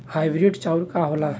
Hybrid चाउर का होला?